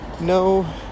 no